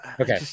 Okay